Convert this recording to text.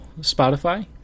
Spotify